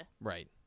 right